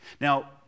Now